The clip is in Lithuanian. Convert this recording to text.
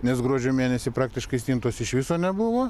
nes gruodžio mėnesį praktiškai stintos iš viso nebuvo